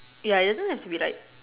ya it doesn't have to be like